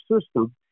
system